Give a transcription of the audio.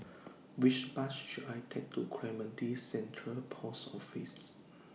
Which Bus should I Take to Clementi Central Post Office